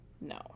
No